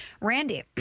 Randy